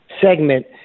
segment